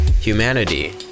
Humanity